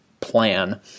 plan